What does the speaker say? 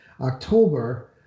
October